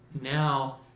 now